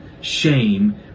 shame